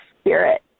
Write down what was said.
spirit